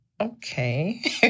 okay